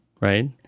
right